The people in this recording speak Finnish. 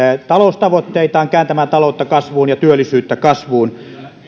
taloustavoitteitaan kääntämään taloutta kasvuun ja työllisyyttä kasvuun